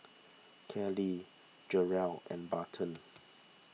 Callie Jarrell and Barton